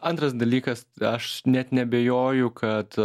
antras dalykas aš net neabejoju kad